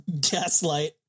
Gaslight